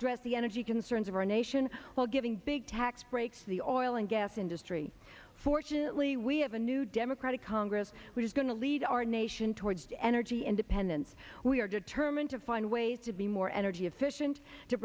address the energy concerns of our nation while giving big tax breaks the oil and gas industry fortunately we have a new democratic congress which is going to lead our nation towards energy independence we are determined to find ways to be more energy efficient to